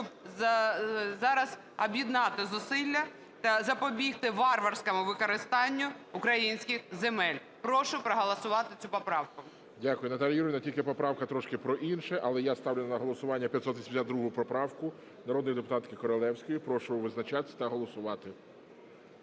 зараз об'єднати зусилля та запобігти варварському використанню українських земель. Прошу проголосувати цю поправку. ГОЛОВУЮЧИЙ. Дякую, Наталія Юріївна. Тільки поправка трошки про інше. Але я ставлю на голосування 582 поправку народної депутатки Королевської. Прошу визначатися та голосувати.